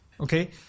Okay